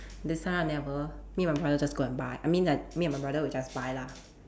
this time round never me and my brother just go and buy I mean that me and my brother we just buy lah